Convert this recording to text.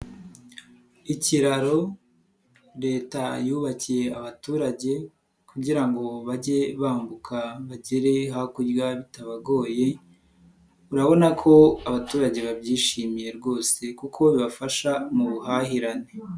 Ikiraro leta yubakiye abaturage kugira ngo bajye bambuka bagere hakurya bitabagoye, urabona ko abaturage babyishimiye rwose kuko bibafasha mu buhahirane.